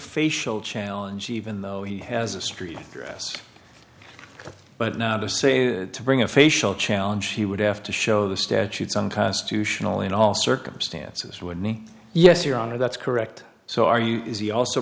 facial challenge even though he has a street address but now they're saying to bring a facial challenge he would have to show the statutes unconstitutional in all circumstances would me yes your honor that's correct so are you is he also